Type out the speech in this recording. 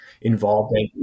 involved